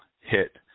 hit –